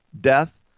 death